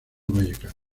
vallecano